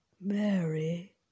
Mary